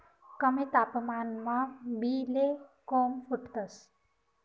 कमी तापमानमा बी ले कोम फुटतंस